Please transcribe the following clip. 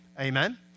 Amen